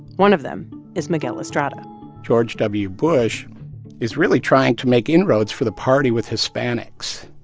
one of them is miguel estrada george w. bush is really trying to make inroads for the party with hispanics.